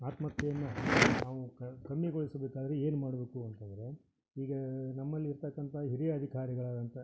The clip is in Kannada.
ಆತ್ಮಹತ್ಯೆಯನ್ನು ನಾವು ಕಮ್ಮಿ ಗೊಳಿಸಬೇಕಾದರೆ ಏನು ಮಾಡ್ಬೇಕು ಅಂತಂದ್ರೆ ಈಗ ನಮ್ಮಲ್ಲಿ ಇರ್ತಕ್ಕಂಥ ಹಿರಿಯ ಅಧಿಕಾರಿಗಳಾದಂಥ